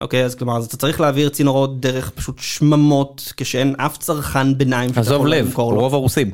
אוקיי אז כלומר אז אתה צריך להעביר צינורות דרך פשוט שממות כשאין אף צרכן ביניים. עזוב לב, הרוב הרוסים